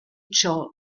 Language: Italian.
ciò